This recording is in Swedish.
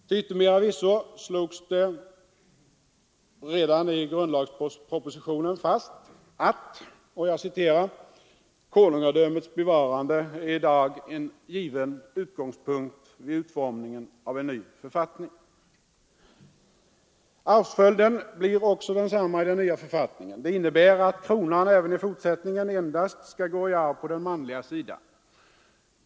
Till yttermera visso slogs det redan i grundlagspropositionen fast att ”konungadömets bevarande i dag är en given utgångspunkt vid utformningen av en ny författning”. Arvsföljden blir också densamma i den nya författningen. Det innebär att kronan även i fortsättningen endast skall gå i arv på den manliga sidan.